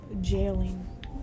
jailing